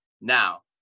Now